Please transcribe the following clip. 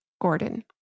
Gordon